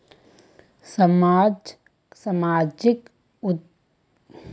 समाजक सामाजिक उद्यमिता बनाए रखवार तने जागरूकता करवा हछेक